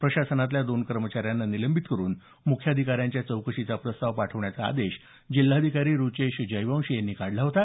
प्रशासनातल्या दोन कर्मचाऱ्यांना निलंबित करून म्ख्याधिकाऱ्यांच्या चौकशीचा प्रस्ताव पाठवण्याचा आदेश जिल्हाधिकारी रुचेश जयवशी यांनी काढला होता